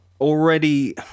already